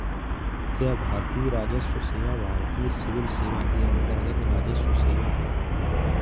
क्या भारतीय राजस्व सेवा भारतीय सिविल सेवा के अन्तर्गत्त राजस्व सेवा है?